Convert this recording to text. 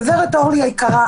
גברת אורלי היקרה,